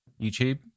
YouTube